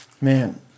man